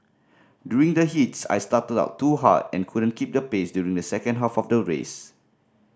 during the heats I started out too hard and couldn't keep the pace during the second half of the race